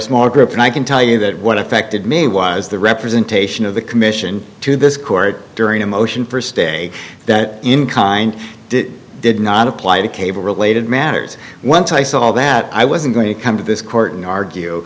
small group and i can tell you that what affected me was the representation of the commission to this court during a motion for stay in kind did not apply to cable related matters once i saw all that i wasn't going to come to this court and argue